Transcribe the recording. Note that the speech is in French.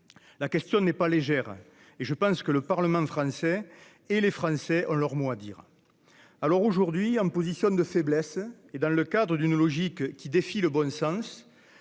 La question n'est pas légère, et j'estime que le Parlement et les Français ont leur mot à dire. Aujourd'hui, en position de faiblesse et dans le cadre d'une logique qui défie le bon sens,